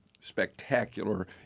spectacular